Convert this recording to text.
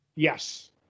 Yes